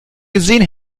gesehen